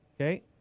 Okay